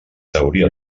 teoria